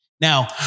Now